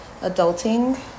adulting